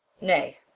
Nay